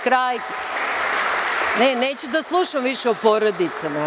Kraj, neću da slušam više o porodicama.